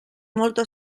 molta